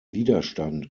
widerstand